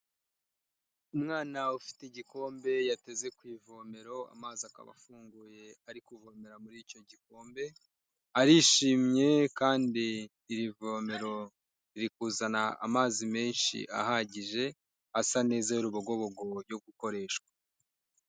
Umwana ufite igikombe yateze ku ivomero amazi akaba afunguye ari kuvomera muri icyo gikombe arishimye kandi irivomero riri kuzana amazi menshi ahagije asa neza y'urubogobogo yo gukoreshwa